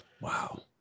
Wow